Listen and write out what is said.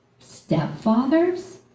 stepfathers